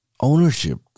ownership